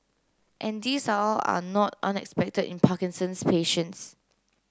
and these are all are not unexpected in Parkinson's patients